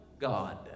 God